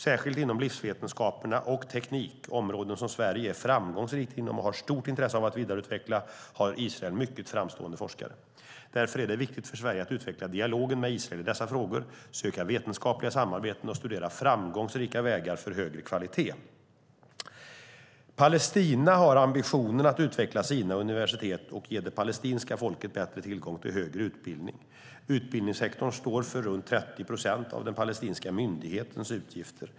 Särskilt inom livsvetenskaperna och teknik - områden som Sverige är framgångsrikt inom och har stort intresse av att vidareutveckla - har Israel mycket framstående forskare. Därför är det viktigt för Sverige att utveckla dialogen med Israel i dessa frågor, söka vetenskapliga samarbeten och studera framgångsrika vägar för högre kvalitet. Palestina har ambitionen att utveckla sina universitet och ge det palestinska folket bättre tillgång till högre utbildning. Utbildningssektorn står för runt 30 procent av den palestinska myndighetens utgifter.